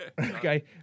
Okay